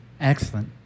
Excellent